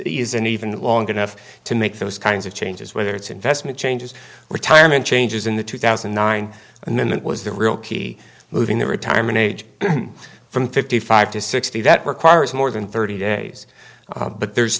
isn't even long enough to make those kinds of changes whether it's investment changes retirement changes in the two thousand and nine and then that was the real key moving the retirement age from fifty five to sixty that requires more than thirty days but there's